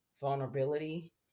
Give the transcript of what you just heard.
vulnerability